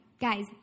Guys